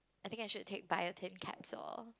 I think I should take biotin capsule or